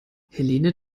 helene